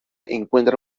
encuentra